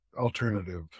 alternative